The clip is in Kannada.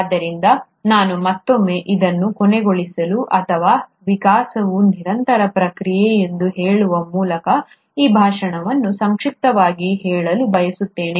ಆದ್ದರಿಂದ ನಾನು ಮತ್ತೊಮ್ಮೆ ಇದನ್ನು ಕೊನೆಗೊಳಿಸಲು ಅಥವಾ ವಿಕಾಸವು ನಿರಂತರ ಪ್ರಕ್ರಿಯೆ ಎಂದು ಹೇಳುವ ಮೂಲಕ ಈ ಭಾಷಣವನ್ನು ಸಂಕ್ಷಿಪ್ತವಾಗಿ ಹೇಳಲು ಬಯಸುತ್ತೇನೆ